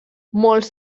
molts